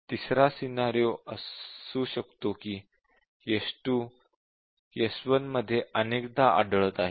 तिसरा सिनॅरिओ असू शकतो कि s2 s1 मध्ये अनेकदा आढळत आहे